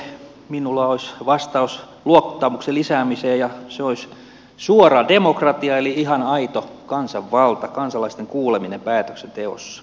pääministerille minulla olisi vastaus luottamuksen lisäämisestä ja se olisi suora demokratia eli ihan aito kansanvalta kansalaisten kuuleminen päätöksenteossa